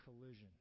collision